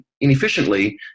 inefficiently